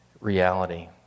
reality